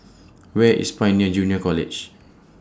Where IS Pioneer Junior College